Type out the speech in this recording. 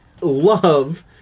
love